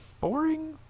boring